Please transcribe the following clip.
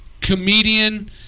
comedian